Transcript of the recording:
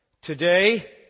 Today